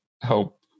help